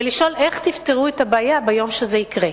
ולשאול: איך תפתרו את הבעיה ביום שזה יקרה?